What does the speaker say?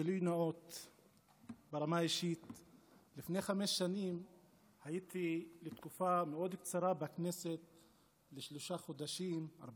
אחד